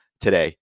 today